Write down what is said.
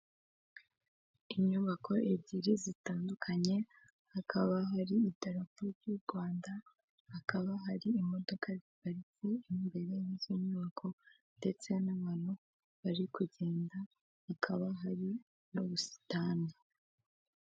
Inyubako ebyiri zitandukanye, hakaba hari idarapo ry'u Rwanda, hakaba hari imodoka ziparitse imbere y'izo nyubako ndetse n'abantu bari kugenda, hakaba hari n'ubusitani.